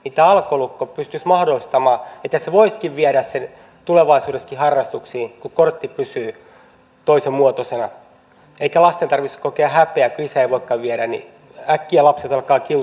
tämä alkolukko pystyisi mahdollistamaan että hän voisikin viedä lapsen tulevaisuudessakin harrastuksiin kun kortti pysyy toisen muotoisena eikä lasten tarvitsisi kokea häpeää kun isä ei voikaan viedä äkkiä lapset alkavat kiusata toisiaan